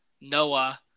Noah